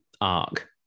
arc